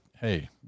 hey